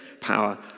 power